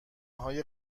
های